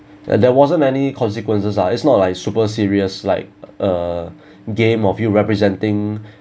and there wasn't any consequences ah it's not like super serious like a game of you representing